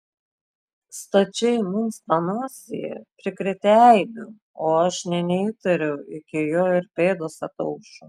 stačiai mums panosėje prikrėtę eibių o aš nė neįtariau iki jo ir pėdos ataušo